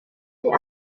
est